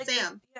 Sam